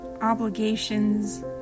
obligations